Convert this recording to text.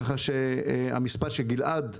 כך שהמספר של גלעד.